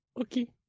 Okay